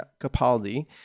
Capaldi